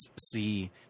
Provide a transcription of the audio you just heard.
see